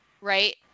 right